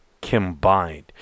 combined